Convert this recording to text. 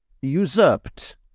usurped